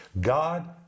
God